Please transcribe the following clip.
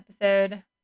episode